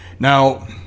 Now